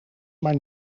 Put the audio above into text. maar